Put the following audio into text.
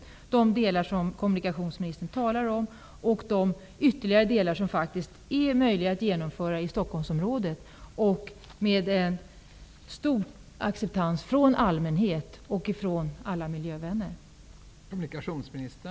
Det är de delar som kommunikationsministern talar om och de ytterligare delar som faktiskt är möjliga att genomföra i Stockholmsområdet, med stor acceptans från allmänhet och alla miljövänner.